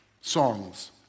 songs